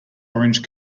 orange